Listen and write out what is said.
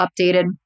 updated